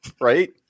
right